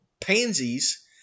pansies